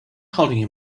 holding